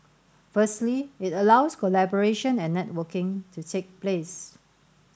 firstly it allows collaboration and networking to take place